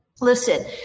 Listen